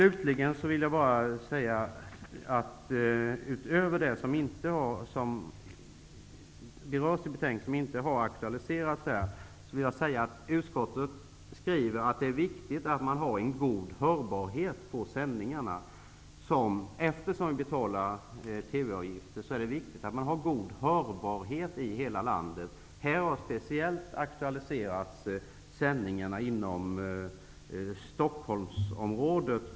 Utskottet skriver att det, eftersom TV-avgifter betalas, är viktigt med god hörbarhet på sändningarna i hela landet. Speciellt aktualiseras sändningarna inom Stockholmsområdet.